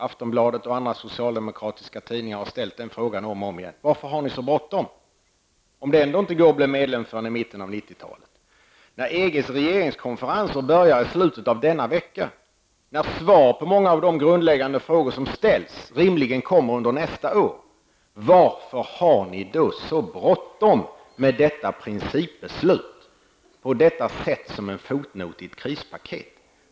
Aftonbladet och andra socialdemokratiska tidningar har ställt den frågan om och om igen: Varför är det så bråttom om det ändå inte går att bli medlem förrän i slutet av 1990 talet? EGs regeringskonferenser börjar i slutet på nästa vecka. Svaret på många grundläggande frågor kommer rimligen under nästa år. Varför har ni då så bråttom med detta principbeslut att ni måste sätta upp det som en fotnot i ett krispaket?